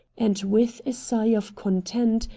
and with a sigh of content,